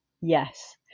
Yes